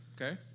Okay